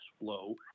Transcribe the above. flow